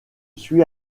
suis